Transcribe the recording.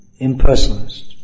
impersonalist